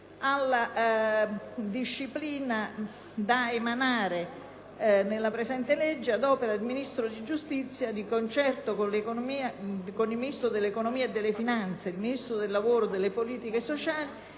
dall'entrata in vigore della presente legge, ad opera del Ministro della giustizia, di concerto con il Ministro dell'economia e delle finanze e con il Ministro del lavoro e delle politiche sociali,